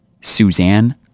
Suzanne